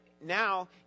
now